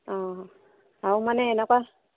অঁ আৰু মানে এনেকুৱা